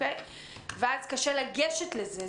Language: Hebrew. ואז קשה לגשת לזה,